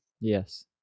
Yes